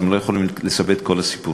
אז הן לא יכולות לספר את כל הסיפורים.